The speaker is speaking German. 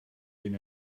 den